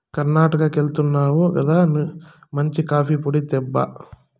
కర్ణాటకెళ్తున్నావు గదా మంచి కాఫీ పొడి తేబ్బా